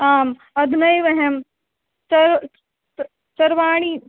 आम् अधुनैव अहं सर् स सर्वाणि